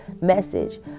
message